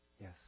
Yes